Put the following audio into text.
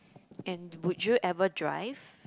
and would you ever drive